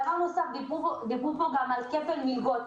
דבר נוסף, דיברו פה גם על כפל מלגות.